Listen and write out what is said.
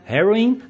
Heroin